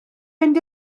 mynd